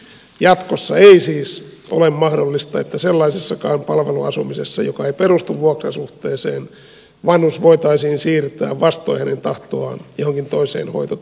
jatkossa ei siis ole mahdollista että sellaisessakaan palveluasumisessa joka ei perustu vuokrasuhteeseen vanhus voitaisiin siirtää vastoin hänen tahtoaan johonkin toiseen hoito tai asuinpaikkaan